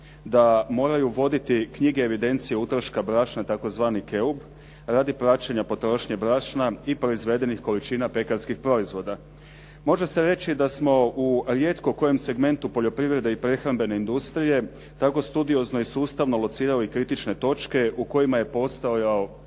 da moraju voditi knjige evidencije utroška brašna tzv. KEUB radi praćenja potrošnje brašna i proizvedenih količina pekarskih proizvoda. Može se reći da smo u rijetko kojem segmentu poljoprivrede i prehrambene industrije tako studiozno i sustavno locirali kritične točke u kojima je postojao